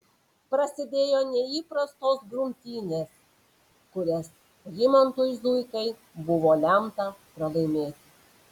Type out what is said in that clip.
prasidėjo neįprastos grumtynės kurias rimantui zuikai buvo lemta pralaimėti